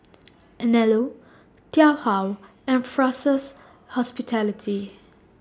Anello and Fraser's Hospitality